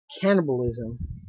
cannibalism